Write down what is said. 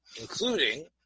including